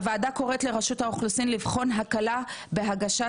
הוועדה קוראת לרשות האוכלוסין לבחון הקלה בהגשת